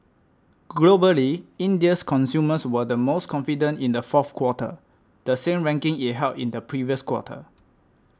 globally India's consumers were the most confident in the fourth quarter the same ranking it held in the previous quarter